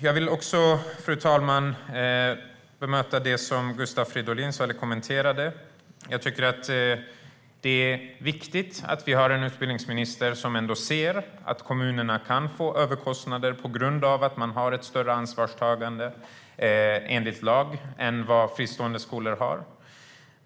Jag vill också kommentera det som Gustav Fridolin sa. Jag tycker att det är viktigt att vi har en utbildningsminister som ser att kommunerna kan få överkostnader på grund av att de har ett större ansvarstagande enligt lag än vad fristående skolor har.